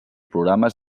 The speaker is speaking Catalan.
programes